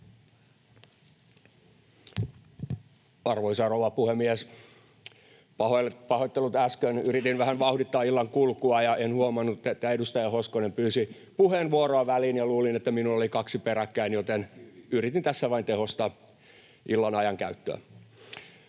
Arvoisa rouva puhemies! Pahoittelut, äsken yritin vähän vauhdittaa illan kulkua ja en huomannut, että edustaja Hoskonen pyysi puheenvuoroa väliin, ja luulin, että minulla oli kaksi peräkkäin, joten yritin tässä vain tehostaa illan ajankäyttöä.